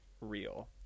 real